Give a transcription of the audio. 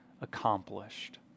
accomplished